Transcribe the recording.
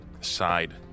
side